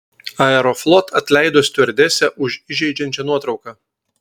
aeroflot atleido stiuardesę už įžeidžiančią nuotrauką